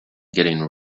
getting